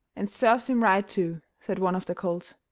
and serves him right, too, said one of the colts.